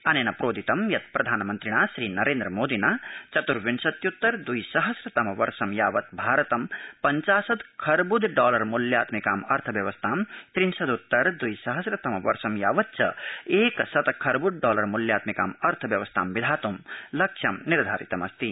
अनेन प्रोदितं यत् प्रधानमन्त्रिणा श्रीनरेन्द्रमोदिना चतुर्विंशत्युत्तर द्वि सहम्र तम वर्ष यावत् भारतं पञ्चाशद् खर्बुद डॉलर मूल्यात्मिकामर्थव्यवस्थां त्रिंशदत्तर द्विसहस्र तम वर्ष यावच्च एकशत खर्बद डॉलर मुल्यात्मिकामर्थव्यवस्थां विधातुं लक्ष्यं निर्धारितमस्ति